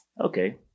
Okay